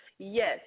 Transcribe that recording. Yes